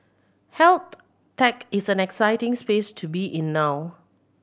health tech is an exciting space to be in now